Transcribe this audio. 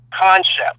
concept